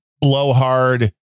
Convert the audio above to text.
blowhard